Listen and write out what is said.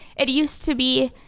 it used to be,